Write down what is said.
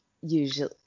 usually